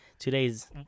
today's